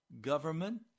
government